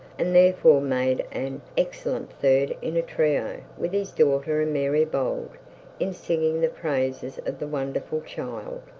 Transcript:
and therefore made an excellent third in a trio with his daughter and mary bold in singing the praises of the wonderful child.